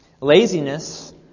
Laziness